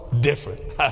different